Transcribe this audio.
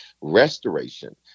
restoration